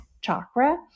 chakra